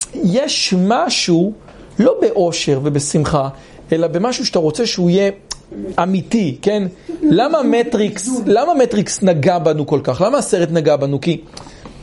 יש משהו, לא באושר ובשמחה, אלא במשהו שאתה רוצה שהוא יהיה אמיתי, כן? למה מטריקס נגע בנו כל כך? למה הסרט נגע בנו? כי...